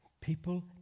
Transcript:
People